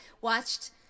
watched